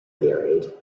buried